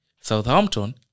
Southampton